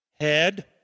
Head